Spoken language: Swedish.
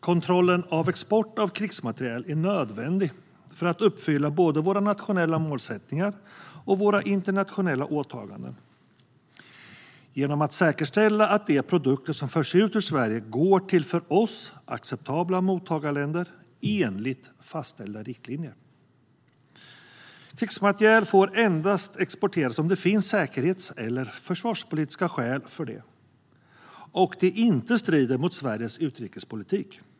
Kontrollen av export av krigsmateriel är nödvändig för att uppfylla både våra nationella målsättningar och våra internationella åtaganden genom att säkerställa att de produkter som förs ut ur Sverige går till för oss acceptabla mottagarländer enligt fastställda riktlinjer. Krigsmateriel får endast exporteras om det finns säkerhets eller försvarspolitiska skäl för det och det inte strider mot Sveriges utrikespolitik.